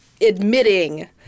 Admitting